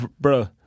Bro